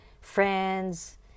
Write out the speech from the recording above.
friends